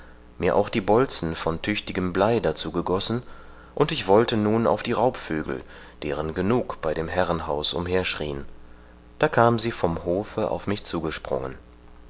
mir auch die bolzen von tüchtigem blei dazu gegossen und ich wollte nun auf die raubvögel deren genug bei dem herrenhaus umherschrien da kam sie vom hofe auf mich zugesprungen